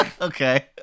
okay